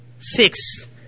Six